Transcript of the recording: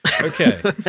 Okay